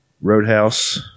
Roadhouse